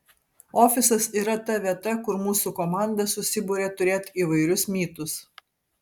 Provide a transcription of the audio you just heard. ofisas yra ta vieta kur mūsų komanda susiburia turėt įvairius mytus